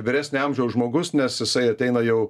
vyresnio amžiaus žmogus nes jisai ateina jau